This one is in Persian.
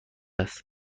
است